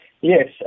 Yes